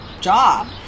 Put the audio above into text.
Job